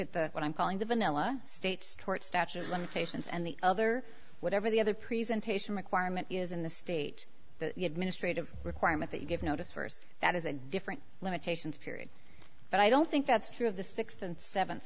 at that what i'm calling the vanilla states tort statute of limitations and the other whatever the other presentation requirement is in the state ministry of requirement that you give notice first that is a different limitations period but i don't think that's true of the sixth and seventh